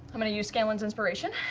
i'm going to use scanlan's inspiration.